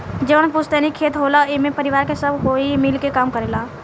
जवन पुस्तैनी खेत होला एमे परिवार के सब कोई मिल के काम करेला